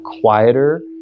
quieter